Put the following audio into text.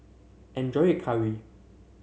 enjoy your curry